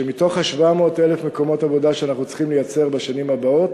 שמתוך 700,000 מקומות העבודה שאנחנו צריכים לייצר בשנים הבאות,